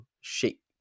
shape